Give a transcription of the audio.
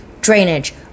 drainage